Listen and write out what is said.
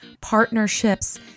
partnerships